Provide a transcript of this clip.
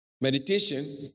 meditation